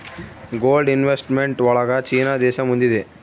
gold investment ಒಳಗ China ದೇಶ ಮುಂದಿದೆ